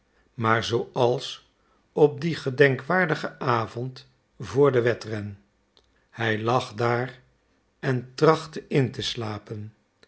maar zooals op dien gedenkwaardigen avond voor den wedren hij lag daar en trachtte in te slapen